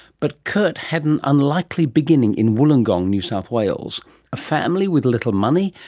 but kurt had an unlikely beginning in wollongong, new south wales a family with little money,